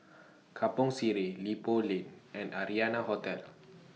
Kampong Sireh Ipoh Lane and Arianna Hotel